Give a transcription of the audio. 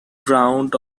ground